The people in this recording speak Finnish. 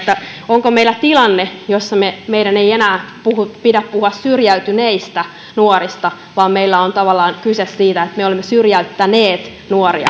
onko meillä tilanne jossa meidän ei enää pidä puhua syrjäytyneistä nuorista vaan meillä on tavallaan kyse siitä että me olemme syrjäyttäneet nuoria